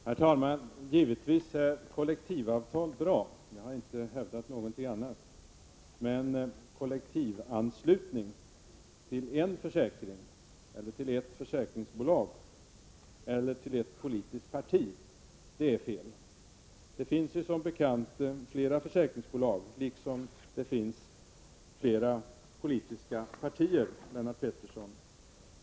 Herr talman! Givetvis är kollektivavtal bra. Jag har inte hävdat någonting annat. Men kollektivanslutning till ett försäkringsbolag eller till ett politiskt parti är felaktigt. Det finns som bekant flera försäkringsbolag liksom det finns flera politiska partier, Lennart Pettersson.